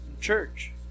church